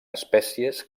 espècies